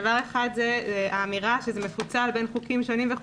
דבר אחד, לגבי האמירה שזה מפוצל בין חוקים שונים.